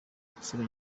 rutsiro